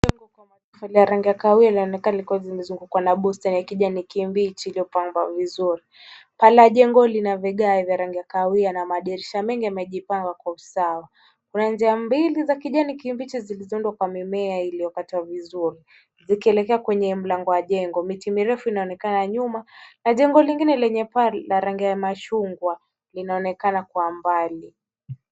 Jengo lililojengwa kwa matofali ya kahawia linaonekana likiwa limezungukwa na bustani ya kijani kibichi iliyopangwa vizuri. Paa la jengo lina vigae vya rangi ya kahawia na madirisha mengi yamejipanga kwa usawa . Kuna njia mbili za kijani kimbichi zilizondwa kwa mimea iliyokatwa vizuri, zikielekea kwenye mlango wa jengo. Miti mirefu inaonekana nyuma, na jengo lingine lenye paa la rangi ya machungwa, linaonekana kwa mbali.